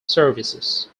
services